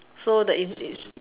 so there is is